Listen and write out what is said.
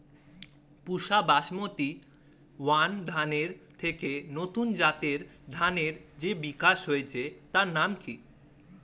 পুসা basmati one ধানের থেকে নতুন জাতের ধানের যে বিকাশ হয়েছে তার নাম কি?